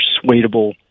persuadable